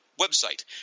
website